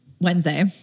Wednesday